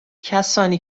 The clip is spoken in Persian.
کسانی